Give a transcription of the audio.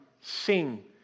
sing